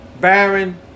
Baron